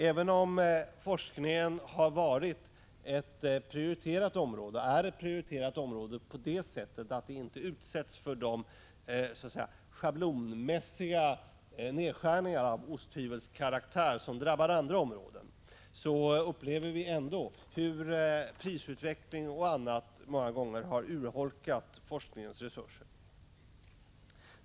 Även om forskningen har varit, och är, ett prioriterat område på det sättet att det inte utsätts för de schablonmässiga nedskärningar av osthyvelskaraktär som drabbar andra områden, upplever vi ändå hur prisutveckling och annat många gånger har urholkat forskningens resurser.